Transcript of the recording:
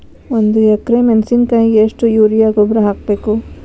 ಒಂದು ಎಕ್ರೆ ಮೆಣಸಿನಕಾಯಿಗೆ ಎಷ್ಟು ಯೂರಿಯಾ ಗೊಬ್ಬರ ಹಾಕ್ಬೇಕು?